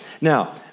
Now